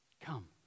come